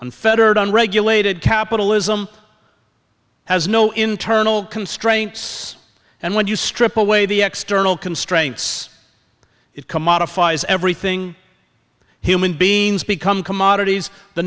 unfettered unregulated capitalism has no internal constraints and when you strip away the external constraints it commodifies everything human beings become commodities the